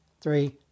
three